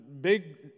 big